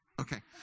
Okay